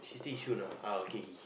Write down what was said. she stay Yishun ah uh okay he